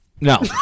no